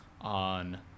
on